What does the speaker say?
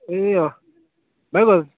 ए अँ